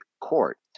court